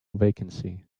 vacancy